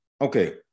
okay